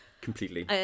Completely